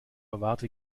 erwarte